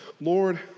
Lord